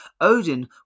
Odin